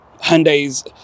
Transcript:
Hyundai's